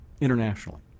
internationally